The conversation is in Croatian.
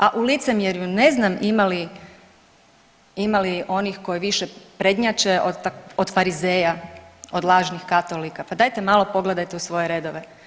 A u licemjerju ne znam ima li onih koji više prednjače od Farizeja, od lažnih Katolika, pa dajte malo pogledajte u svoje redove.